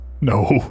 No